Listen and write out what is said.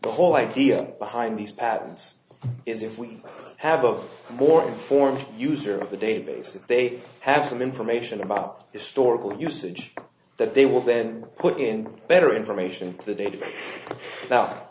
the whole idea behind these patents is if we have a more informed user of the database if they have some information about historical usage that they will then put in better information the database now